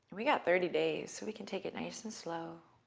we got thirty days. we can take it nice and slow